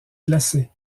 glacé